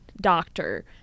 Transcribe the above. doctor